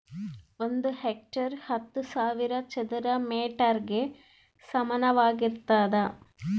ಒಂದು ಹೆಕ್ಟೇರ್ ಹತ್ತು ಸಾವಿರ ಚದರ ಮೇಟರ್ ಗೆ ಸಮಾನವಾಗಿರ್ತದ